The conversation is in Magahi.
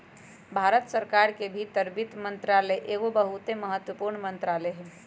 भारत सरकार के भीतर वित्त मंत्रालय एगो बहुते महत्वपूर्ण मंत्रालय हइ